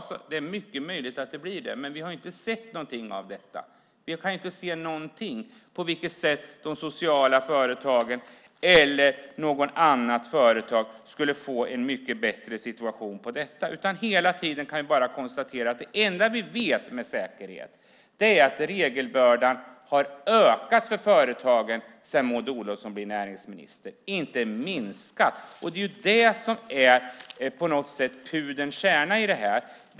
Det är mycket möjligt att det blir det. Men vi har inte sett någonting av det. Vi kan inte se någonting av på vilket sätt de sociala företagen eller något annat företag skulle få en mycket bättre situation. Vi kan hela tiden konstatera att det enda vi vet med säkerhet är att regelbördan har ökat för företagen sedan Maud Olofsson blev näringsminister och inte minskat. Det är det som på något sätt är pudelns kärna.